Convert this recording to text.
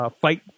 fight